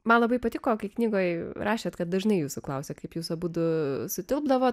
man labai patiko kai knygoje rašėte kad dažnai jūsų klausia kaip jūs abudu sutilpdavo